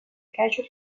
casual